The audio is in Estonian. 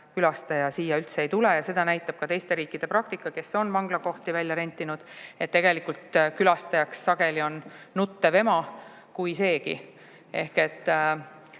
külastaja siia üldse ei tule. Seda näitab ka teiste riikide praktika, kes on vanglakohti välja rentinud, et tegelikult on enamasti külastajaks nuttev ema, kui seegi. Paraku